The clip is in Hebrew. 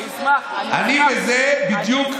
אני אשמח, אני אשמח,